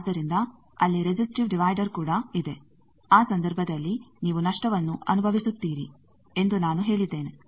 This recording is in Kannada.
ಆದ್ದರಿಂದ ಅಲ್ಲಿ ರೆಸಿಸ್ಟಿವ್ ಡಿವೈಡರ್ಕೂಡ ಇದೆ ಆ ಸಂದರ್ಭದಲ್ಲಿ ನೀವು ನಷ್ಟವನ್ನು ಅನುಭವಿಸುತ್ತೀರಿ ಎಂದು ನಾನು ಹೇಳಿದ್ದೇನೆ